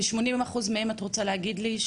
ואת רוצה להגיד לי ש-80 אחוזים מהם?